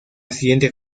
siguiente